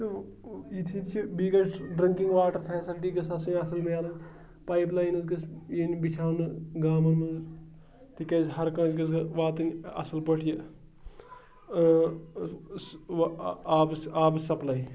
تہٕ یِتھۍ یِتھۍ چھِ بیٚیہِ گژھِ ڈٕرٛنٛکِنٛگ واٹَر فیسَلٹی گٔژھ آسٕنۍ اَصٕل پایپ لاینٕز گٔژھ یِن بِچھاونہٕ گامَن منٛز تِکیٛازِ ہرکٲنٛسہِ گٔژھ واتٕنۍ اَصٕل پٲٹھۍ یہِ آبٕچ آبٕچ سَپلاے